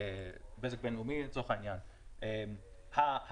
לצורך העניין, גם בזק בינלאומי.